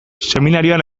seminarioan